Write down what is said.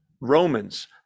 Romans